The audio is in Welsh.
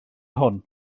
hwn